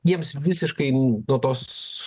jiems visiškai nuo tos